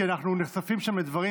כי אנחנו נחשפים שם לדברים,